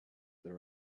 that